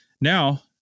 Now